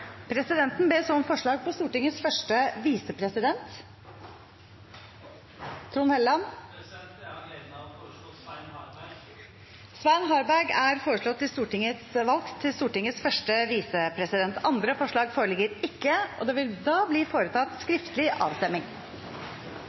ber så om forslag på Stortingets første visepresident . Jeg har gleden av å foreslå Svein Harberg . Svein Harberg er foreslått valgt til Stortingets første visepresident. – Andre forslag foreligger ikke. Det